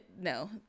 No